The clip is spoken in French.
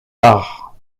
parts